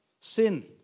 sin